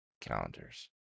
calendars